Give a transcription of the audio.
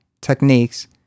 techniques